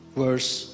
verse